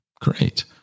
Great